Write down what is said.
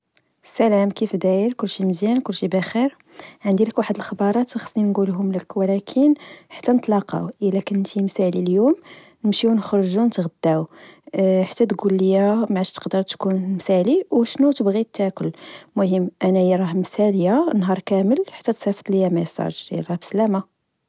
لسلام، كيف داير؟ كلشي بخير؟ عندي ليك واحد الخبارات وخسني نچولهم ليك ولكن حتى نتلاقاو، إلا كنتي مسالي ليوم نمشيو نخرجو نتغداو حتى تچول ليا معاش تقدر تكون مسالي أو شنو تبغي تاكل، مهم أنايا راه مسالية نهار كامل، حتى تسيفط ليا مساج، يالله بسلامة